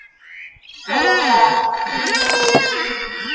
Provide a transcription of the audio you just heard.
ᱥᱮᱞᱚᱠᱟ ᱥᱤᱸᱫᱩᱨ